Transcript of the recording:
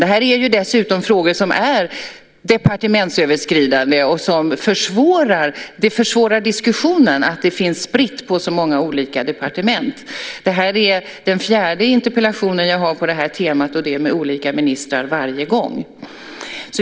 Det här är dessutom frågor som är departementsöverskridande, och det försvårar diskussionen att de finns spridda på så många olika departement. Det här är den fjärde interpellationsdebatten jag har på detta tema, och det är med olika ministrar varje gång.